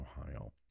Ohio